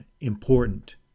important